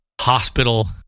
hospital